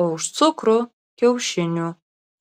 o už cukrų kiaušinių